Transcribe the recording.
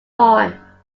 more